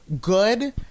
good